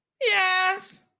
Yes